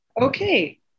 Okay